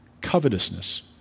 covetousness